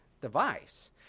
device